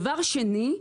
דבר שני,